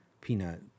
peanut